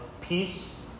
Peace